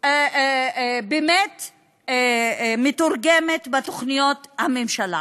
באמת מתורגמת בתוכניות הממשלה.